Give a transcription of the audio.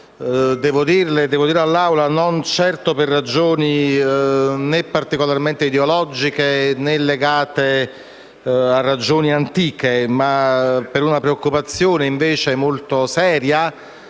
provvedimento in esame, per ragioni né particolarmente ideologiche, né legate a ragioni antiche, ma per una preoccupazione invece molto seria